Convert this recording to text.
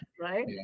right